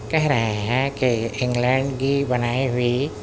کہہ رہے ہیں کہ انگلینڈ کی بنائی ہوئی